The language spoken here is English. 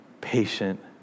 patient